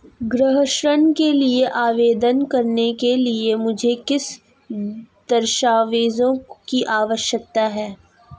गृह ऋण के लिए आवेदन करने के लिए मुझे किन दस्तावेज़ों की आवश्यकता है?